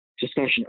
discussion